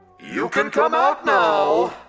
you can come out now!